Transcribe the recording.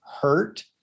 hurt